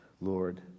Lord